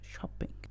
shopping